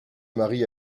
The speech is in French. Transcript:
marie